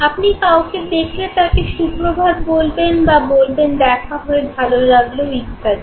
আপনি কাউকে দেখলে তাকে সুপ্রভাত বলবেন বা বলবেন দেখা হয়ে ভালো লাগল ইত্যাদি